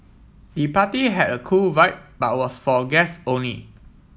the party had a cool vibe but was for guests only